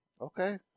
okay